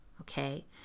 okay